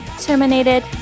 terminated